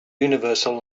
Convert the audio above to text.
universal